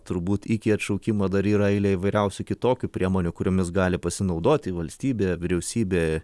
turbūt iki atšaukimo dar yra eilė įvairiausių kitokių priemonių kuriomis gali pasinaudoti valstybė vyriausybė